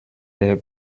der